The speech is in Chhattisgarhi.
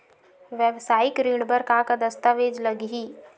वेवसायिक ऋण बर का का दस्तावेज लगही?